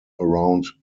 around